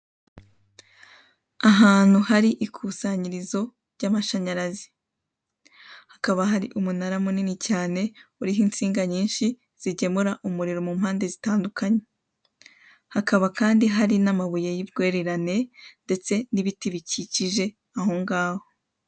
Ahantu hari ikusanyirizo ry'amashanyarazi. Hakaba hari umunara munini cyane uriho insiga nyinshi zigemura umuriro mu mpande zitandukanye. Hakaba kandi hari n'amabuye y'urwererane ndetse n'ibiti bikikije aho ngaho.